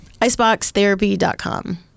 iceboxtherapy.com